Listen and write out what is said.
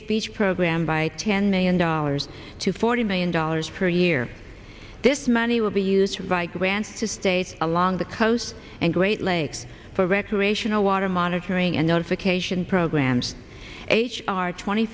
ach program by ten million dollars to forty million dollars per year this money will be used by grants to states along the coast and great lakes for recreational water monitoring and notification programs h r twenty